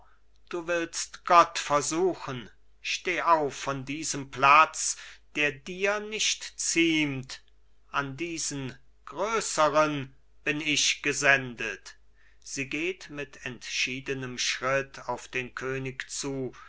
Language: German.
du willst gott versuchen steh auf von diesem platz der dir nicht ziemt an diesen größeren bin ich gesendet sie geht mit entschiedenem schritt auf den könig zu